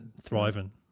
thriving